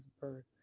birth